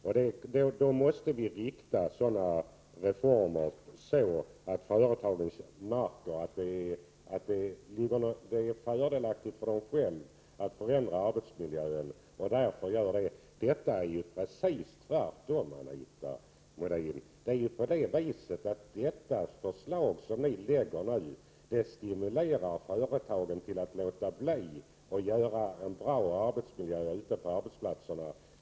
Vi måste inrikta sådana reformer så, att företagen märker att det är fördelaktigt för dem själva att förändra arbetsmiljön och därför gör det. Detta är precis tvärtom, Anita Modin, mot det förslag som ni lägger fram nu. Det stimulerar företagen till att låta bli att skapa en bra miljö ute på arbetsplatserna.